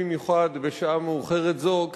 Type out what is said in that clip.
במיוחד בשעה מאוחרת זו,